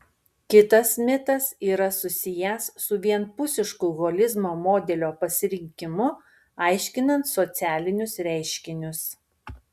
kitas mitas yra susijęs su vienpusišku holizmo modelio pasirinkimu aiškinant socialinius reiškinius